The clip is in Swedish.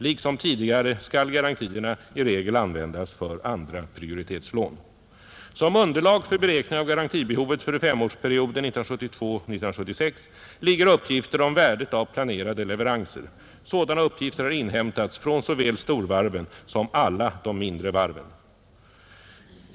Liksom tidigare skall garantierna i regel användas för andraprioritetslån. Som underlag vid beräkningen av garantibehovet för femårsperioden 1972-1976 ligger uppgifter om värdet av planerade leveranser. Sådana uppgifter har inhämtats från såväl storvarven som alla de mindre varven.